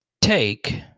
take